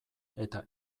eta